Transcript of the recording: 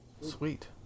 Sweet